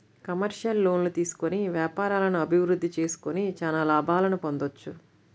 commercial లోన్లు తీసుకొని వ్యాపారాలను అభిరుద్ధి చేసుకొని చానా లాభాలను పొందొచ్చు